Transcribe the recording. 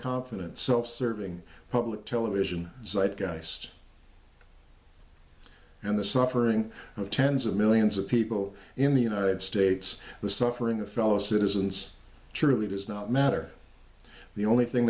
confident self serving public television geist and the suffering of tens of millions of people in the united states the suffering the fellow citizens truly does not matter the only thing